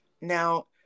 Now